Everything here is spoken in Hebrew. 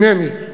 הנני.